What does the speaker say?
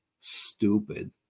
stupid